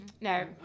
No